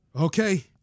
Okay